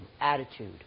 attitude